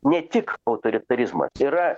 ne tik autoritarizmas yra